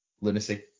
lunacy